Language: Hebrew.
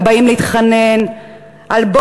ובאים להתחנן על,